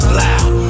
loud